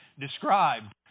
described